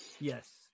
Yes